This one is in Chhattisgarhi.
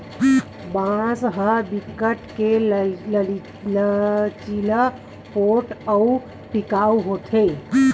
बांस ह बिकट के लचीला, पोठ अउ टिकऊ होथे